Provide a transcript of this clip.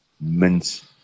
mince